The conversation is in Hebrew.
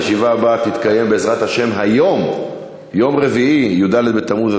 הישיבה הבאה תתקיים, בעזרת השם, היום, יום רביעי,